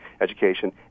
education